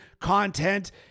content